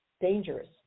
dangerous